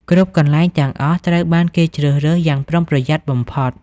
គ្រប់កន្លែងទាំងអស់ត្រូវបានគេជ្រើសរើសយ៉ាងប្រុងប្រយ័ត្នបំផុត។